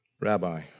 rabbi